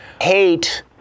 hate